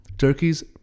Turkey's